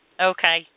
Okay